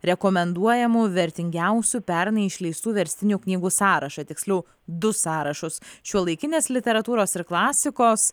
rekomenduojamų vertingiausių pernai išleistų verstinių knygų sąrašą tiksliau du sąrašus šiuolaikinės literatūros ir klasikos